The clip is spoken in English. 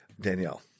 Danielle